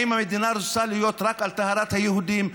האם המדינה רוצה להיות רק על טהרת היהודים?